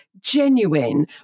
genuine